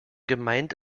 gemeint